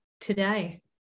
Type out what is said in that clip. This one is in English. today